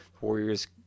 Warriors